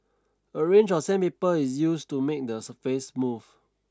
a range of sandpaper is used to make the surface smooth